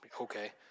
Okay